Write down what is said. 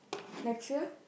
next year